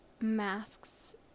masks